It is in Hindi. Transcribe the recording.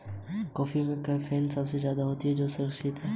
निवेश का सबसे सुरक्षित विकल्प क्या है?